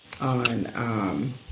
on